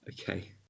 Okay